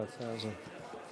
להצעה הזאת.